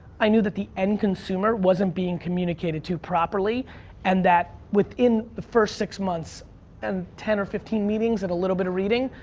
i knew that the end consumer wasn't being communicated to properly and that within the first six months and ten or fifteen meetings and a little bit of reading,